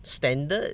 standard